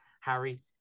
Harry